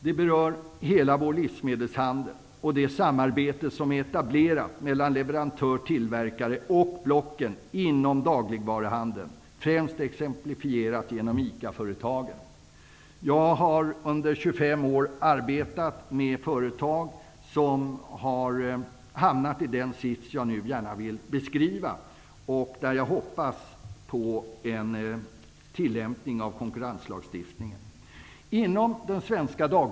Den berör hela vår livsmedelshandel och det samarbete som är etablerat mellan leverantörer/tillverkare och blocken inom dagligvaruhandeln, främst exemplifierat genom Jag har under 25 år arbetat med företag som har hamnat i den sits som jag nu gärna vill beskriva, och där jag hoppas på en tillämpning av konkurrenslagstiftningen.